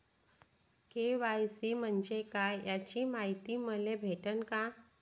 KYC म्हंजे काय याची मायती मले भेटन का?